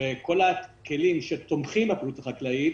וכל הכלים שתומכים בפעילות החקלאית